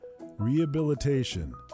rehabilitation